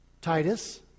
Titus